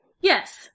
Yes